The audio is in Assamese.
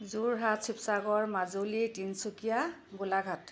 যোৰহাট শিৱসাগৰ মাজুলী তিনিচুকীয়া গোলাঘাট